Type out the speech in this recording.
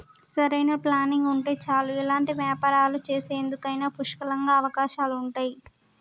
సరైన ప్లానింగ్ ఉంటే చాలు ఎలాంటి వ్యాపారాలు చేసేందుకైనా పుష్కలంగా అవకాశాలుంటయ్యి